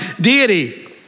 deity